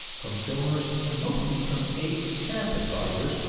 from donors and mostly from eight staff advisers,